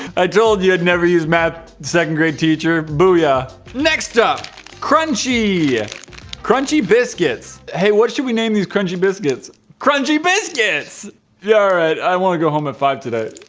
i told you had never used math second grade teacher booyah next up crunchy yeah crunchy biscuits hey, what should we name these crunchy biscuits crunchy biscuits yeah alright, i want to go home at five zero today